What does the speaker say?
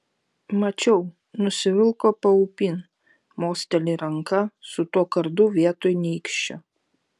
mačiau nusivilko paupin mosteli ranka su tuo kardu vietoj nykščio